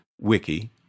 wiki